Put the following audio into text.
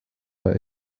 war